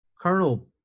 Colonel